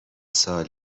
سال